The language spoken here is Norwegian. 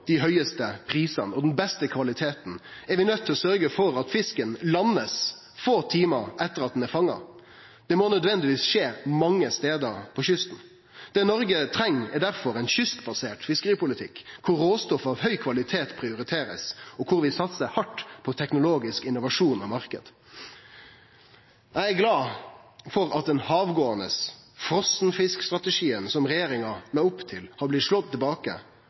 dei høgaste prisane og den beste kvaliteten, er vi nøydde til å sørgje for at fisken blir landa få timar etter at han er fanga. Det må nødvendigvis skje mange stader langs kysten. Det Noreg treng, er difor ein kystbasert fiskeripolitikk der råstoff av høg kvalitet blir prioritert, og der vi satsar hardt på teknologisk innovasjon og marknad. Eg er glad for at frosenfiskstrategien for havgåande fartøy som regjeringa la opp til, har blitt slått tilbake,